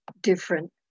different